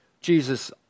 Jesus